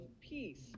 Peace